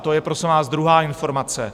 To je, prosím vás, druhá informace.